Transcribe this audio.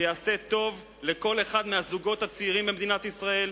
שיעשה טוב לכל אחד מהזוגות הצעירים במדינת ישראל,